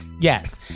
Yes